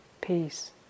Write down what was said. peace